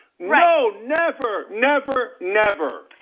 no, never, never, never.